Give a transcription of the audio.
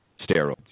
steroids